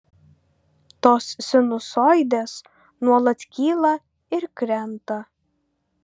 tos sinusoidės nuolat kyla ir krenta